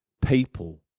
people